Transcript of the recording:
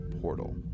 portal